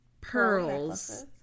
pearls